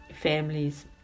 families